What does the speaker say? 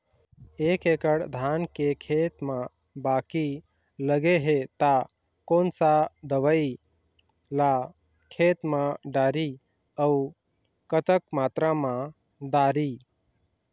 एक एकड़ धान के खेत मा बाकी लगे हे ता कोन सा दवई ला खेत मा डारी अऊ कतक मात्रा मा दारी?